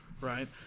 right